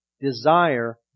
desire